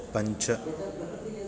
पञ्च